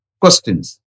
questions